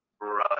right